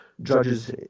judges